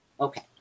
Okay